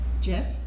jeff